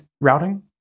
routing